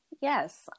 Yes